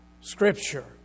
Scripture